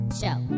show